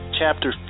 chapter